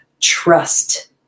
Trust